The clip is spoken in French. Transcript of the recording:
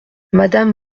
madame